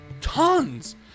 tons